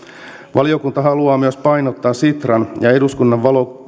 valiokunta haluaa painottaa myös sitran ja eduskunnan